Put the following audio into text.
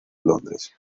londres